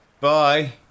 Bye